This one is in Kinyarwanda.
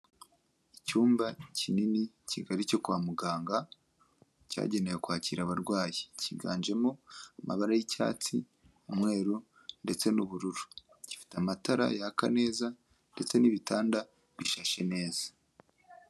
Icyumba kinini kigali cyo kwa muganga, cyagenewe kwakira abarwayi, kiganjemo amabara y'icyatsi, umweru ndetse n'ubururu, gifite amatara yaka neza ndetse n'ibitanda bishashe neza.